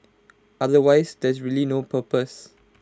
otherwise there's really no purpose